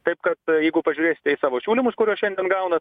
taip kad jeigu pažiūrėsite į savo siūlymus kuriuos šiandien gaunat